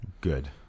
Good